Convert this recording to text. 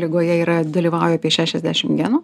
ligoje yra dalyvauja apie šešiasdešim genų